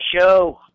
Show